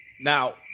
Now